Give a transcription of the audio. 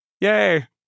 Yay